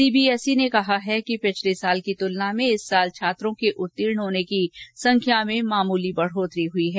CBSE ने कहा है कि पिछले वर्ष की तुलना में इस वर्ष छात्रों के उत्तीर्ण होने वालों की संख्या में मामूली वृद्धि हई है